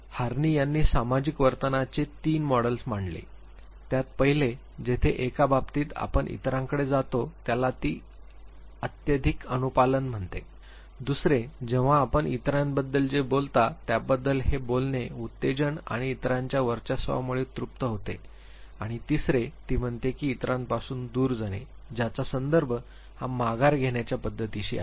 हार्नी यांनी सामाजिक वर्तनाचे तीन मॉडेल्स मांडले त्यात पहिले जेथे एका बाबतीत आपण इतरांकडे जातो याला ती अत्यधिक अनुपालन म्हणते दुसरे जेव्हा आपण इतरांबद्दल जे बोलता त्याबद्दल हे बोलणे उत्तेजन आणि इतरांच्या वर्चस्वामुळे तृप्त होते आणि तिसरे ती म्हणते की इतरांपासून दूर जाणे ज्याचा संदर्भ हा माघार घेण्याच्या पद्धतीशी आहे